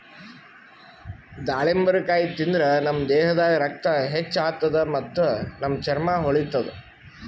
ದಾಳಿಂಬರಕಾಯಿ ತಿಂದ್ರ್ ನಮ್ ದೇಹದಾಗ್ ರಕ್ತ ಹೆಚ್ಚ್ ಆತದ್ ಮತ್ತ್ ನಮ್ ಚರ್ಮಾ ಹೊಳಿತದ್